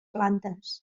plantes